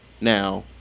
Now